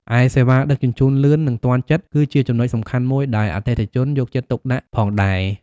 ឯសេវាដឹកជញ្ជូនលឿន និងទាន់ចិត្ត គឺជាចំណុចសំខាន់មួយដែលអតិថិជនយកចិត្តទុកដាក់ផងដែរ។